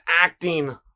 acting